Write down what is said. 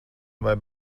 vai